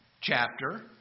chapter